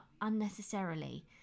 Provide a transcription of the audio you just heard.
unnecessarily